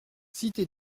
cité